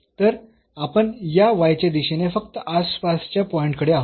तर आपण या y च्या दिशेने फक्त आसपासच्या पॉईंट्स कडे आहोत